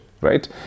right